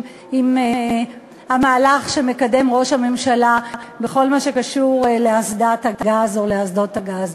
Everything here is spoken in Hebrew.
עם המהלך שמקדם ראש הממשלה בכל הקשור לאסדת הגז או לאסדות הגז.